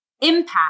impact